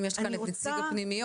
הנה, יש כאן את נציג הפנימיות.